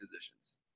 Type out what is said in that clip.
positions